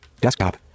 Desktop